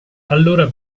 allora